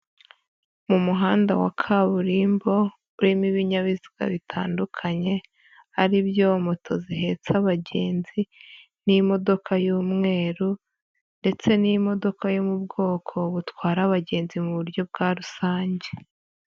Mu muhanda wa kaburimbo urimo ibinyabiziga bitandukanye ari byo: moto zihetsa abagenzi n'imodoka y'umweru ndetse n'imodoka yo mu bwoko butwara abagenzi mu buryo bwa rusange.